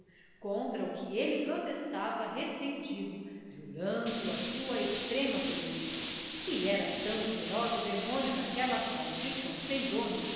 contra o que ele protestava ressentido jurando a sua extrema penaria e era tão feroz o demônio naquela fome de cão